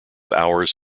hours